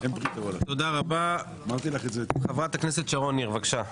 תודה רבה, חברת הכנסת שרון ניר, בבקשה.